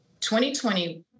2020